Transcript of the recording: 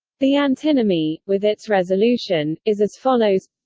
the antinomy, with its resolution, is as follows